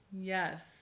Yes